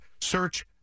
Search